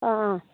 অঁ অঁ